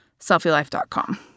SelfieLife.com